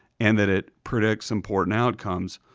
and that it predicts important outcomes,